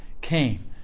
came